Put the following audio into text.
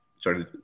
Sorry